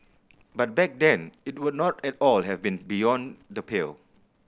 but back then it would not at all have been beyond the pale